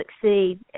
succeed